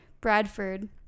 bradford